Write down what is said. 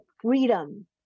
freedom